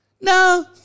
No